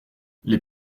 les